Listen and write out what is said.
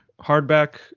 hardback